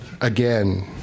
again